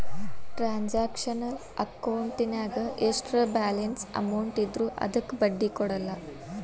transactional ಅಕೌಂಟಿನ್ಯಾಗ ಎಷ್ಟರ balance amount ಇದ್ರೂ ಅದಕ್ಕ ಬಡ್ಡಿ ಕೊಡಲ್ಲ